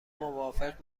موافق